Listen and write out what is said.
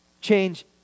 Change